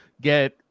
get